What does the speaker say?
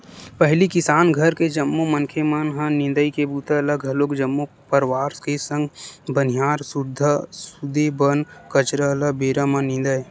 पहिली किसान घर के जम्मो मनखे मन ह निंदई के बूता ल घलोक जम्मो परवार के संग बनिहार सुद्धा खुदे बन कचरा ल बेरा म निंदय